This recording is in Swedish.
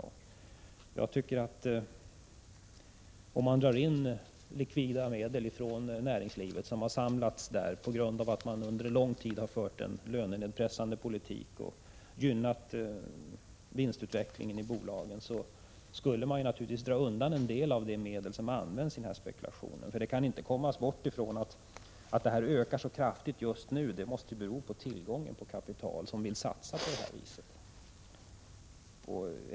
Om man från näringslivet drar de likvida medel som har samlats där på grund av att man under en lång tid har fört en lönenedpressande politik och gynnat vinstutvecklingen i bolagen, skall man naturligtvis dra undan en del av de medel som används i denna spekulation. Man kan inte komma ifrån att orsaken till att detta ökar så kraftigt just nu måste vara tillgången på kapital som kan satsas på detta vis.